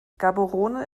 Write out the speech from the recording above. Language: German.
gaborone